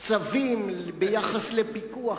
זה לא ניתן לריפוי.